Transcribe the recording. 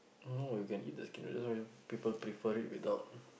no you can eat the skin just that people prefer it without